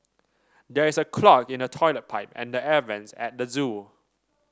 there is a clog in the toilet pipe and the air vents at the zoo